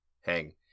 Hang